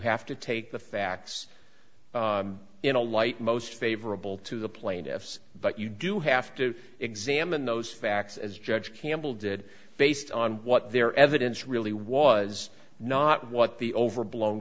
have to take the facts in a light most favorable to the plaintiffs but you do have to examine those facts as judge campbell did based on what their evidence really was not what the overblown